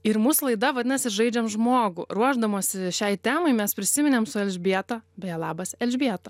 ir mūsų laida vadinasi žaidžiam žmogų ruošdamosi šiai temai mes prisiminėm su elžbieta beje labas elžbieta